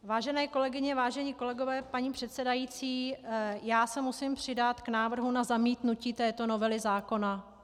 Vážené kolegyně, vážení kolegové, paní předsedající, já se musím přidat k návrhu na zamítnutí této novely zákona.